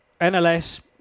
NLS